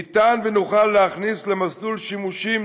ניתן, ונוכל, להכניס למסלול שימושים